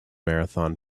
marathon